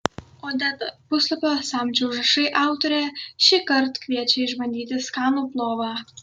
odeta puslapio samčio užrašai autorė šįkart kviečia išbandyti skanų plovą